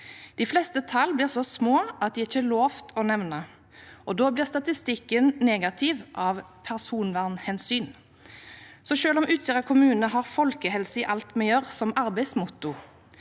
De fleste tall blir så små at det ikke er lov å nevne dem. Da blir statistikken negativ av personvernhensyn. Så selv om Utsira kommune har «folkehelse i alt vi gjør» som arbeidsmotto,